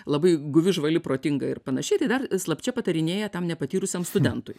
labai guvi žvali protinga ir panašiai tai dar slapčia patarinėja tam nepatyrusiam studentui